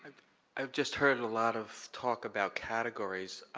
i've just heard a lot of talk about categories.